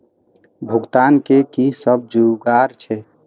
भुगतान के कि सब जुगार छे?